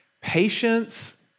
Patience